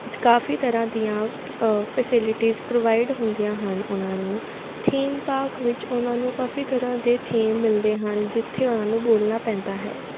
ਕਾਫੀ ਤਰ੍ਹਾਂ ਦੀਆਂ facilities provide ਹੁੰਦੀਆਂ ਹਨ ਉਹਨਾਂ ਨੂੰ ਥੀਮ ਪਾਕ ਵਿੱਚ ਉਹਨਾਂ ਨੂੰ ਕਾਫੀ ਤਰ੍ਹਾਂ ਦੇ ਥੀਮ ਮਿਲਦੇ ਹਨ ਜਿੱਥੇ ਉਹਨਾਂ ਨੂੰ ਬੋਲਣਾ ਪੈਂਦਾ ਹੈ